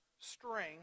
string